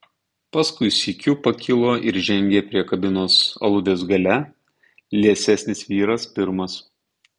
paskui sykiu pakilo ir žengė prie kabinos aludės gale liesesnis vyras pirmas